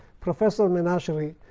professor menashri,